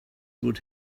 would